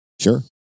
Sure